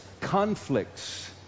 conflicts